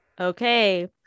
okay